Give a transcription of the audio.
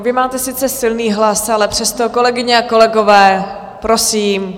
Vy máte sice silný hlas, ale přesto, kolegyně a kolegové, prosím.